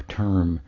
term